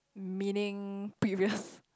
meaning previous